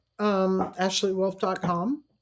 AshleyWolf.com